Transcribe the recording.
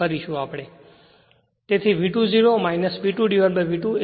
તેથી V2 0 V2V2 ખરેખર એ જ રીતે હશે જે રીતે Z V2 V2I2 છે